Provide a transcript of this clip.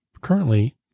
Currently